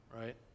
Right